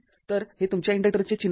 तर हे तुमच्या इन्डक्टरचे चिन्ह आहे